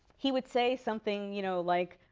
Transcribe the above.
he would say something you know like,